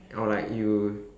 or like you